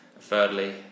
thirdly